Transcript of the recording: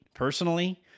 personally